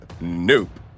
nope